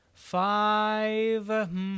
Five